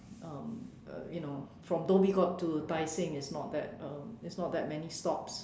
um uh you know from Dhoby Ghaut to Tai Seng it's not that um it's not that many stops